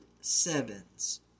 sevens